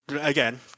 Again